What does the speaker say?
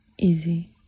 easy